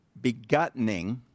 begottening